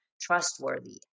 trustworthy